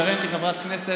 שרן כחברת כנסת,